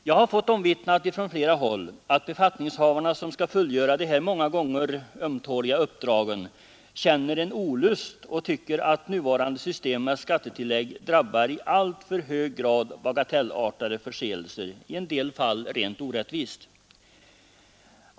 Jag har fått omvittnat från flera håll att befattningshavarna som skall fullgöra de här många gånger ömtåliga uppdragen känner en olust och tycker att nuvarande system med skattetillägg drabbar i alltför hög grad bagatellartade förseelser, i en del fall rent orättvist.